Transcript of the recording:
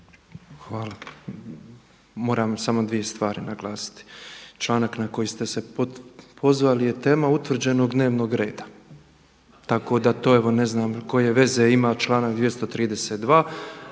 Hvala. Moram samo dvije stvari naglasiti. Članak na koji ste se pozvali je tema utvrđenog dnevnog reda, tako da to evo ne znam koje veze ima članak 232.